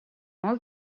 all